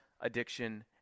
addiction